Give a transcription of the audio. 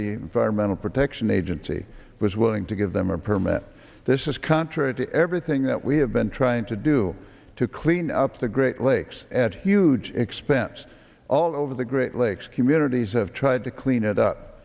the environmental protection agency was willing to give them a permit this is contrary to everything that we have been trying to do to clean up the great lakes at huge expense all over the great lakes communities have tried to clean it up